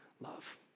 love